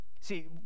See